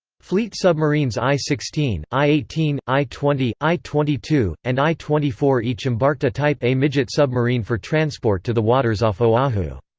fleet submarines i sixteen, i eighteen, i twenty, i twenty two, and i twenty four each embarked a type a midget submarine for transport to the waters off oahu.